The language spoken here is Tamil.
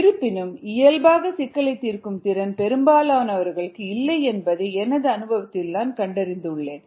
இருப்பினும் இயல்பாக சிக்கலை தீர்க்கும் திறன் பெரும்பாலானவர்களுக்கு இல்லை என்பதை எனது அனுபவத்தில் நான் கண்டறிந்து உள்ளேன்